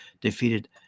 defeated